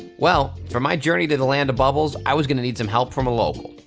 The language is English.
well, for my journey to the land of bubbles i was gonna need some help from a local.